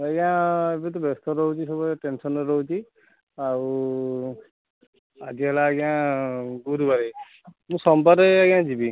ଆଜ୍ଞା ଏବେ ତ ବ୍ୟସ୍ତ ରହୁଛି ସବୁବେଳେ ଟେନ୍ସନ୍ରେ ରହୁଛି ଆଉ ଆଜି ହେଲା ଆଜ୍ଞା ଗୁରୁବାରେ ମୁଁ ସୋମବାରେ ଆଜ୍ଞା ଯିବି